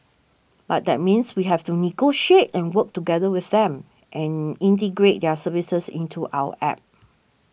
but that means we have to negotiate and work together with them and integrate their services into our App